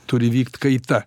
turi vykt kaita